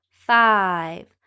five